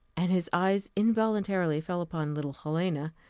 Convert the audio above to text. and his eyes involuntarily fell upon little helena.